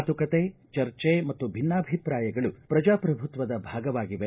ಮಾತುಕತೆ ಚರ್ಚೆ ಮತ್ತು ಭಿನ್ನಾಭಿಪ್ರಾಯಗಳು ಪ್ರಜಾಪ್ರಭುತ್ವದ ಭಾಗವಾಗಿವೆ